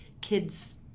kid's